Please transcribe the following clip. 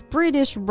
British